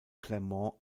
clermont